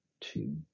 two